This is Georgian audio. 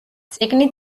წიგნი